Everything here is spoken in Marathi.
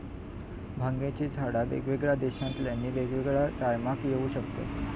भांगेची झाडा वेगवेगळ्या देशांतल्यानी वेगवेगळ्या टायमाक येऊ शकतत